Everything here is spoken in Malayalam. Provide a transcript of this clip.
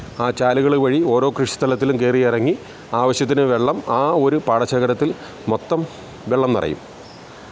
ആ ചാലുകൾ വഴി ഓരോ കൃഷിസ്ഥലത്തിലും കയറിയിറങ്ങി ആവശ്യത്തിന് വെള്ളം ആ ഒരു പാടശേഖരത്തിൽ മൊത്തം വെള്ളം നിറയും